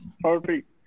perfect